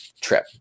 trip